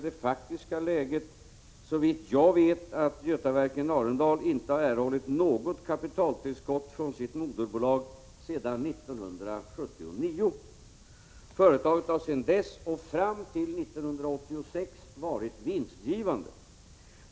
Det faktiska läget är — såvitt jag vet — att Götaverken Arendal inte har erhållit något kapitaltillskott från sitt moderbolag sedan 1979. Företaget har sedan dess, fram till 1986, varit vinstgivande.